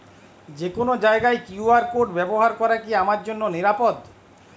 যে কোনো জায়গার কিউ.আর কোড ব্যবহার করা কি আমার জন্য নিরাপদ?